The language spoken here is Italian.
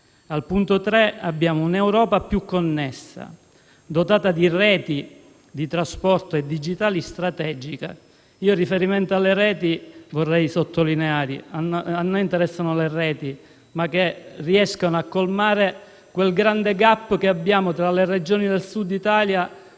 Al punto 3 abbiamo un'Europa più connessa dotata di reti di trasporto e digitali strategiche. In riferimento alle reti, vorrei sottolineare che a noi interessano le reti che riescano a colmare quel grande *gap* che registriamo tra le Regioni del Sud Italia